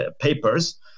papers